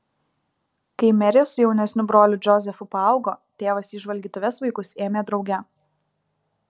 kai merė su jaunesniu broliu džozefu paaugo tėvas į žvalgytuves vaikus ėmė drauge